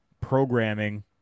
programming